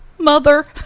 mother